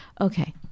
Okay